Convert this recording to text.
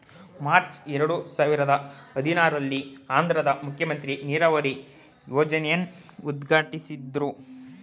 March ಎರಡು ಸಾವಿರದ ಹದಿನಾರಲ್ಲಿ ಆಂಧ್ರದ್ ಮಂತ್ರಿ ನೀರಾವರಿ ಯೋಜ್ನೆನ ಉದ್ಘಾಟ್ಟಿಸಿದ್ರು